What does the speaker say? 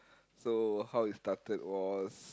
so how it started was